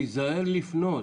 תיזהר לפנות,